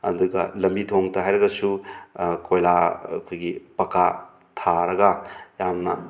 ꯑꯗꯨꯒ ꯂꯝꯕꯤ ꯊꯣꯡꯇ ꯍꯥꯏꯔꯒꯁꯨ ꯀꯣꯏꯂꯥ ꯑꯩꯈꯣꯏꯒꯤ ꯄꯛꯀꯥ ꯊꯥꯔꯒ ꯌꯥꯝꯅ